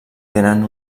tenen